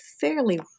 fairly